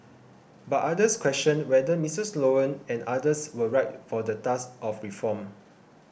but others questioned whether Mister Sloan and others were right for the task of reform